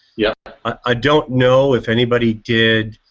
yeah i don't know if anybody did